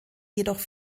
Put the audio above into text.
jedoch